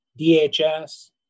DHS